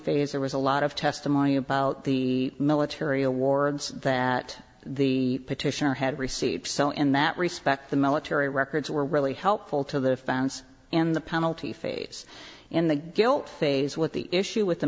phase there was a lot of testimony about the military awards that the petitioner had received so in that respect the military records were really helpful to the founts in the penalty phase in the guilt phase with the issue with the